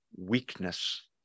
weakness